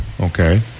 Okay